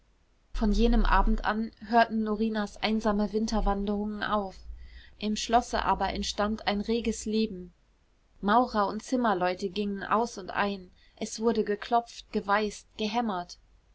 von jenem abend an hörten norinas einsame winterwanderungen auf im schlosse aber entstand ein reges leben maurer und zimmerleute gingen aus und ein es wurde geklopft geweißt gehämmert